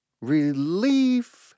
relief